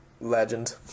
legend